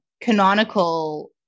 canonical